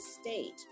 state